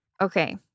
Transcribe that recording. Okay